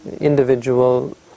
individual